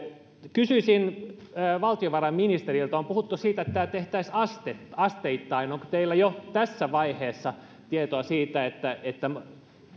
kysyisin valtiovarainministeriltä on puhuttu siitä että tämä tehtäisiin asteittain onko teillä jo tässä vaiheessa tietoa siitä